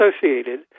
associated